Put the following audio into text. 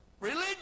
Religion